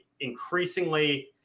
increasingly